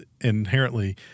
inherently